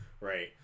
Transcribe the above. right